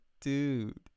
dude